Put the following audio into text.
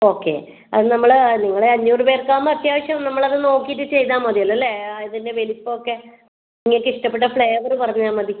okay അത് നമ്മൾ നിങ്ങൾ അഞ്ഞൂറ് പേർക്ക് ആവുമ്പോൾ അത്യാവശ്യം നമ്മൾ അത് നോക്കീട്ട് ചെയ്താൽ മതിയല്ലോ അല്ലേ അതിൻ്റെ വലിപ്പം ഒക്കെ നിങ്ങൾക്ക് ഇഷ്ടപ്പെട്ട ഫ്ലേവറ് പറഞ്ഞാൽ മതി